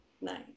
Nice